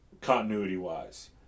continuity-wise